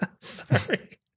Sorry